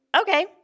Okay